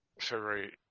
February